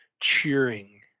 cheering